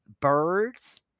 birds